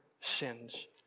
sins